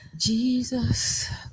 Jesus